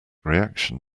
reaction